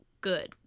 good